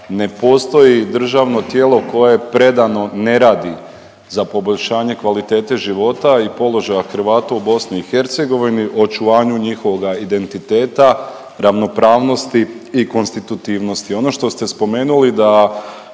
ne postoji državno tijelo koje predano ne radi za poboljšanje kvalitete života i položaja Hrvata u BiH, očuvanju njihovoga identiteta, ravnopravnost i konstitutivnosti. Ono što ste spomenuli da